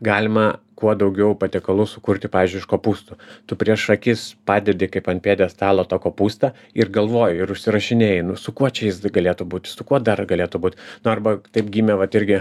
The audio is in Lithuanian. galima kuo daugiau patiekalų sukurti pavyzdžiui iš kopūstų tu prieš akis padedi kaip ant pjedestalo tą kopūstą ir galvoji ir užsirašinėji nu ir su kuo čia jis galėtų būti su kuo dar galėtų būt nu arba taip gimė vat irgi